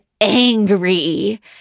angry